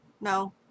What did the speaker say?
No